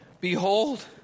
Behold